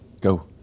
go